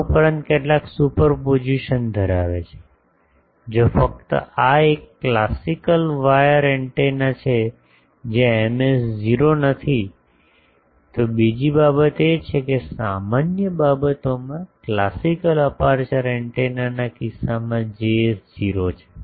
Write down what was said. આ ઉપરાંત કેટલાક સુપરપોઝિશન ધરાવે છે જો ફક્ત આ એક ક્લાસીકલ વાયર એન્ટેના છે જ્યાં Ms 0 નથી બીજી બાબત એ છે કે સામાન્ય બાબતમાં ક્લાસિકલ અપેર્ચર એન્ટેનાના કિસ્સામાં Js 0 છે